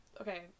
Okay